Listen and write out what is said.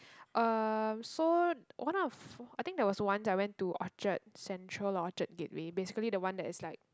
um so one of I think there was once I went to Orchard Central Orchard Gateway basically the one that is like